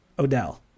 Odell